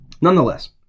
Nonetheless